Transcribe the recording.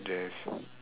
the